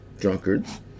Drunkards